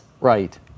Right